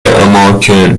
اماکن